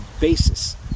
basis